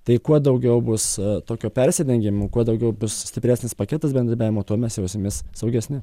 tai kuo daugiau bus tokio persidengimo kuo daugiau bus stipresnis paketas bendradarbiavimo tuo mes jausimės saugesni